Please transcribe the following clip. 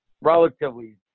relatively